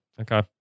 Okay